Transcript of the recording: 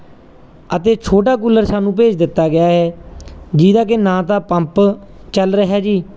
ਅਤੇ ਛੋਟਾ ਕੂਲਰ ਸਾਨੂੰ ਭੇਜ ਦਿੱਤਾ ਗਿਆ ਹੈ ਜਿਹਦਾ ਕਿ ਨਾ ਤਾਂ ਪੰਪ ਚੱਲ ਰਿਹਾ ਜੀ